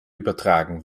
übertragen